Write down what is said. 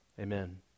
Amen